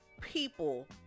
people